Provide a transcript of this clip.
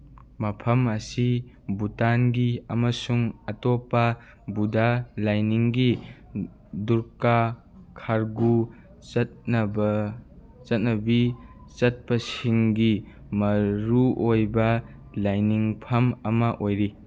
ꯃꯐꯝ ꯑꯁꯤ ꯚꯨꯇꯥꯟꯒꯤ ꯑꯃꯁꯨꯡ ꯑꯇꯣꯞꯄ ꯕꯨꯙꯥ ꯂꯥꯏꯅꯤꯡꯒꯤ ꯗ꯭ꯔꯨꯀꯥ ꯈꯥꯔꯒꯨ ꯆꯠꯅꯕ ꯆꯠꯅꯕꯤ ꯆꯠꯄꯁꯤꯡꯒꯤ ꯃꯔꯨꯑꯣꯏꯕ ꯂꯥꯏꯅꯤꯡꯐꯝ ꯑꯃ ꯑꯣꯏꯔꯤ